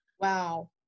Wow